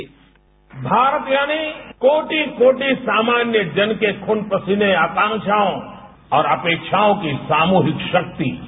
bite Bharat यानी कोटि कोटि सामान्य जन के खून पसीने अकांक्षाओं और अपेक्षाओं की सामुहिक शक्ति है